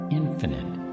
infinite